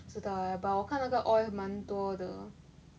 不知道哦 but 我看那个 oil 蛮多的